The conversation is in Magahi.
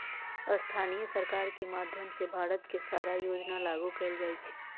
स्थानीय सरकार के माधयम से भारत के सारा योजना लागू कएल जाई छई